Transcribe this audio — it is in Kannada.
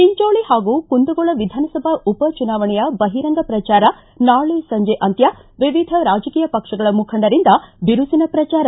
ಿ ಚಂಚೋಳಿ ಹಾಗೂ ಕುಂದಗೋಳ ವಿಧಾನಸಭಾ ಉಪಚುನಾವಣೆಯ ಬಹಿರಂಗ ಪ್ರಚಾರ ನಾಳೆ ಸಂಜೆ ಅಂತ್ಯ ವಿವಿಧ ರಾಜಕೀಯ ಪಕ್ಷಗಳ ಮುಖಂಡರಿಂದ ಬಿರುಸಿನ ಪ್ರಚಾರ